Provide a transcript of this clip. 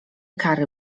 kary